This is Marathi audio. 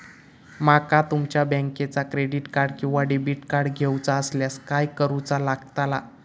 माका तुमच्या बँकेचा क्रेडिट कार्ड किंवा डेबिट कार्ड घेऊचा असल्यास काय करूचा लागताला?